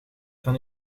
dan